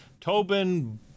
tobin